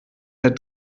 der